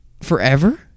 Forever